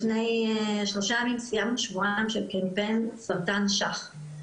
לפני שלושה ימים סיימנו שבועיים של קמפיין סרטן אשך,